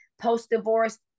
post-divorce